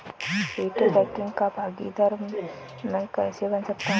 Retail banking का भागीदार मैं कैसे बन सकता हूँ?